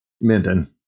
Minton